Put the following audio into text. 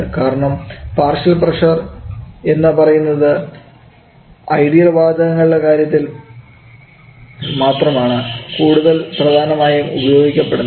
കാരണം partial pressure എന്ന് പറയുന്നത് ഐഡിയൽ വാതകങ്ങളുടെ കാര്യത്തിൽ മാത്രമാണ് കൂടുതൽ പ്രധാനമായും ഉപയോഗിക്കപ്പെടുന്നത്